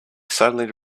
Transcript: suddenly